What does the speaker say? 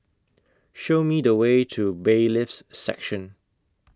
Show Me The Way to Bailiffs' Section